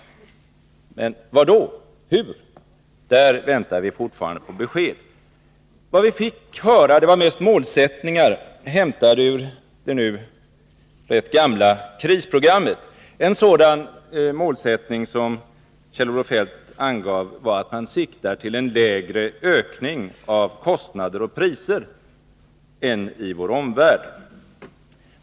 Men var då? Och hur? Där väntar vi fortfarande på besked. Vad vi fick höra var mest målsättningar, hämtade ur det nu rätt gamla krisprogrammet. En sådan målsättning som Kjell-Olof Feldt angav var att man siktar till en lägre ökning av kostnader och priser än i vår omvärld.